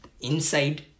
inside